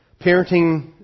parenting